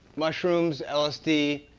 mushrooms, lsd,